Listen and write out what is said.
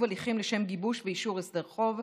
הליכים לשם גיבוש ואישור הסדר חוב),